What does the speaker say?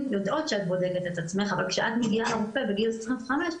שאת בודקת את עצמך אבל כשאת מגיעה לרופא בגיל 25,